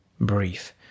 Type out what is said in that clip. brief